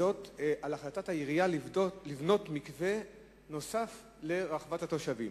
זאת על החלטת העירייה לבנות מקווה נוסף לרווחת התושבים.